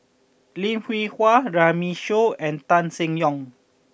Lim Hwee Hua Runme Shaw and Tan Seng Yong